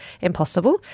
impossible